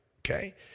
okay